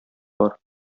бар